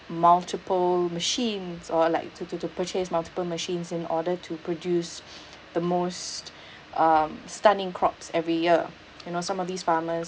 multiple machines or like to to to purchase multiple machines in order to produce the most um stunning crops every year you know some of these farmers